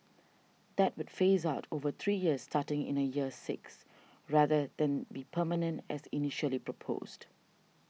that would phase out over three years starting in the year six rather than be permanent as initially proposed